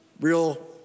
real